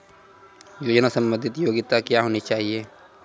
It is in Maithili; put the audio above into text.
योजना संबंधित योग्यता क्या होनी चाहिए?